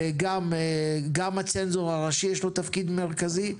גם לצנזור הראשי יש תפקיד מרכזי.